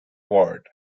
word